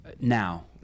Now